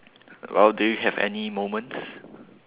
well do you have any moments